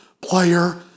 player